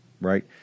right